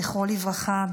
זכרו לברכה,